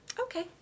Okay